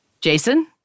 Jason